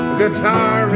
guitar